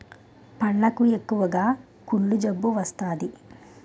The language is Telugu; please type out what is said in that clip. పళ్లకు ఎక్కువగా కుళ్ళు జబ్బు వస్తాది